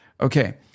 Okay